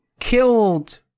killed